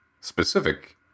specific